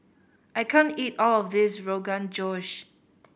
I can't eat all of this Rogan Josh